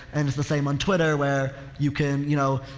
and it's the same on twitter where you can, you know,